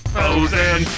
Frozen